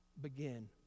Begin